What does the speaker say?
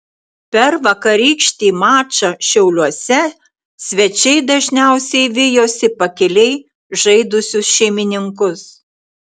per vakarykštį mačą šiauliuose svečiai dažniausiai vijosi pakiliai žaidusius šeimininkus